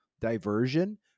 diversion